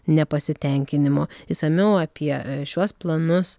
nepasitenkinimo išsamiau apie šiuos planus